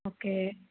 okay